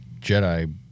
Jedi